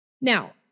Now